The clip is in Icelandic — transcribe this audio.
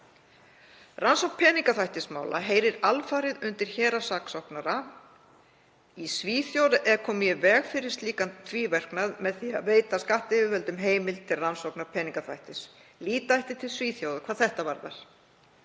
Rannsókn peningaþvættismála heyrir alfarið undir héraðssaksóknara. Í Svíþjóð er komið í veg fyrir slíkan tvíverknað með því að veita skattyfirvöldum heimild til rannsóknar peningaþvættis. Líta ætti til Svíþjóðar hvað þetta varðar.